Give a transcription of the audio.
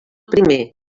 primer